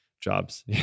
jobs